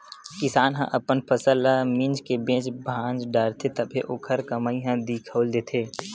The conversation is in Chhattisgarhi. किसान ह अपन फसल ल मिंज के बेच भांज डारथे तभे ओखर कमई ह दिखउल देथे